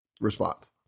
response